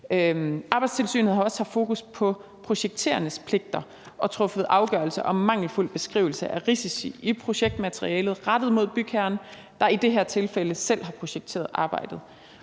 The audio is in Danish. Arbejdstilsynet har også haft fokus på projekterendes pligter og truffet afgørelse om mangelfuld beskrivelse af risici i projektmaterialet rettet mod bygherren, der i det her tilfælde selv har projekteret arbejdet.